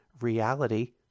reality